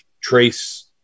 trace